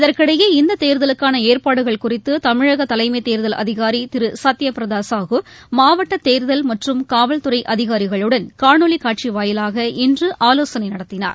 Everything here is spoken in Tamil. இதற்கிடையே இந்த தேர்தலுக்கான ஏற்பாடுகள் குறித்து தமிழக தலைமை தேர்தல் அதிகாரி திரு சத்ய பிரதா சாஹூ மாவட்ட தேர்தல் மற்றும் காவல் துறை அதிகாரிகளுடன் காணொலி காட்சி வாயிலாக இன்று ஆலோசனை நடத்தினார்